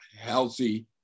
healthy